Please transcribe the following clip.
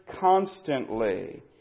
constantly